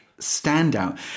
standout